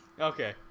Okay